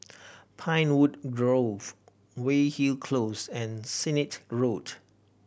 Pinewood Grove Weyhill Close and Sennett Road